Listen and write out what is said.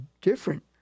different